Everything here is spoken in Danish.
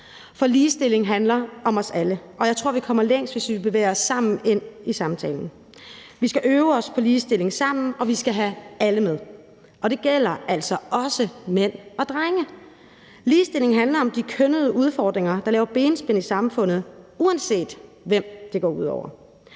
for ligestilling handler om os alle, og jeg tror, at vi kommer længst, hvis vi bevæger os sammen ind i samtalen. Vi skal øve os på ligestillingen sammen, og vi skal have alle med, og det gælder altså også mænd og drenge. Ligestilling handler om de kønnede udfordringer, der laver benspænd i samfundet, uanset hvem det går ud over.